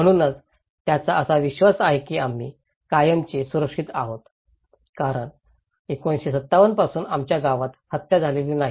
म्हणूनच त्याचा असा विश्वास आहे की आम्ही कायमचे सुरक्षित आहोत कारण 1957 पासून आमच्या गावात हत्या झालेली नाही